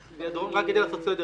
רק כדי לעשות סדר